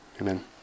Amen